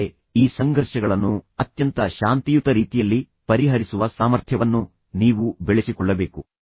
ಆದರೆ ಈ ಸಂಘರ್ಷಗಳನ್ನು ಅತ್ಯಂತ ಶಾಂತಿಯುತ ರೀತಿಯಲ್ಲಿ ಪರಿಹರಿಸುವ ಸಾಮರ್ಥ್ಯವನ್ನು ನೀವು ಬೆಳೆಸಿಕೊಳ್ಳಬೇಕು